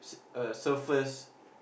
uh surfers